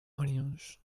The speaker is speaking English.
onions